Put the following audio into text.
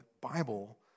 Bible